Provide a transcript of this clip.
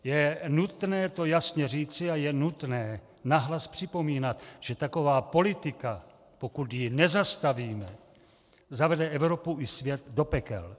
Je nutné to jasně říci a je nutné nahlas připomínat, že taková politika, pokud ji nezastavíme, zavede Evropu i svět do pekel.